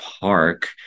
Park